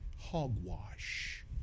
Hogwash